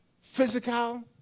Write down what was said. physical